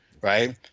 Right